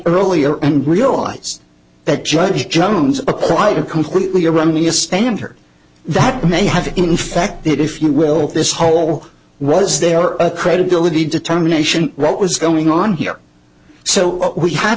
earlier and realize that judge jones applied a completely erroneous standard that may have infected if you will this whole was there a credibility determination what was going on here so we had